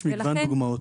יש מגוון דוגמאות.